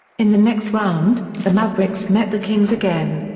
in the next round, the mavericks met the kings again.